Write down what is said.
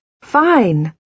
Fine